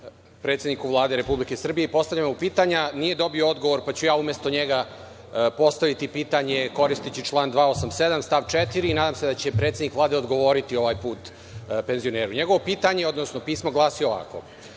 predsedniku Vlade Republike Srbije i postavljao mu pitanja, ali nije dobio odgovor, pa ću ja umesto njega postaviti pitanje koristeći član 287. stav 4. i nadam se da će predsednik Vlade odgovoriti ovaj put penzioneru. NJegovo pitanje, odnosno pismo glasi ovako: